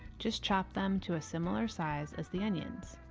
just chop them to a similar size as the onions.